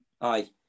Aye